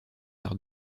par